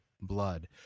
blood